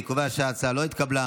אני קובע שההצעה לא התקבלה.